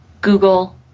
Google